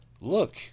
look